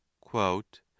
Quote